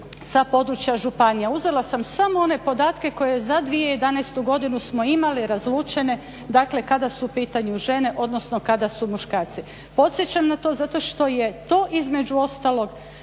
sa područja županija. Uzela sam samo one podatke koje za 2011.godinu smo imali razvučene kada su u pitanju žene odnosno kada su muškarci. Podsjećam na to zato što je to između ostalog